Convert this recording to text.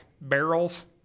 barrels